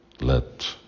let